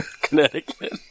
Connecticut